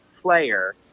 player